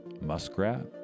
muskrat